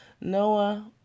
Noah